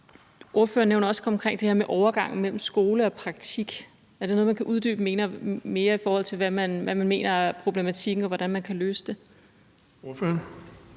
Ordføreren nævner også konkret det her med overgangen mellem skole og praktik. Er det noget, ordføreren kan uddybe mere, i forhold til hvad man mener er problematikken og hvordan man kan løse det? Kl.